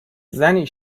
زنی